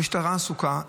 המשטרה עסוקה,